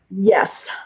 Yes